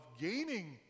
gaining